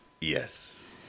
Yes